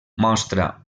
mostra